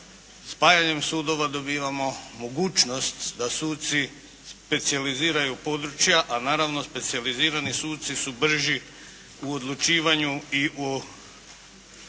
spajanjem sudova dobivamo mogućnost da suci specijaliziraju područja a naravno specijalizirani suci su brži u odlučivanju i u proučavanju